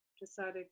decided